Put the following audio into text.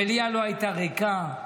המליאה לא הייתה ריקה,